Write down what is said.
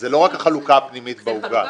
זאת לא רק החלוקה הפנימית בעוגה.